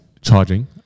charging